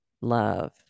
love